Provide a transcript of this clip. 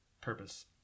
purpose